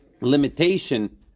limitation